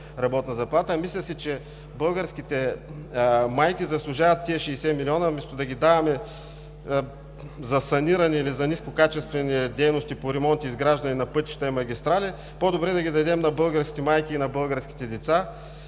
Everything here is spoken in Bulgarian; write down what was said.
работна заплата. Мисля си, че българските майки заслужават тези 60 милиона и вместо да ги даваме за саниране или за нискокачествени дейности по ремонти и изграждане на пътища и магистрали, по-добре да ги дадем на българските майки и на българските деца.